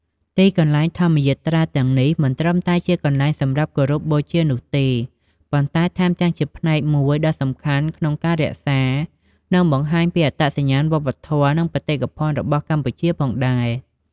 ទីកន្លែងធម្មយាត្រាទាំងនេះ មិនត្រឹមតែជាកន្លែងសម្រាប់គោរពបូជានោះទេ ប៉ុន្តែថែមទាំងជាផ្នែកមួយដ៏សំខាន់ក្នុងការរក្សា និងបង្ហាញពីអត្តសញ្ញាណវប្បធម៌ និងបេតិកភណ្ឌរបស់កម្ពុជាផងដែរ។